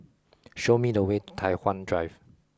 show me the way to Tai Hwan Drive